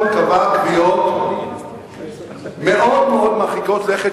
קבע קביעות מאוד-מאוד מרחיקות לכת,